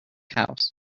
house